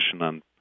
on